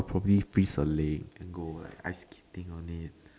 will probably freeze a lake and like go ice skating on it